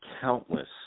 countless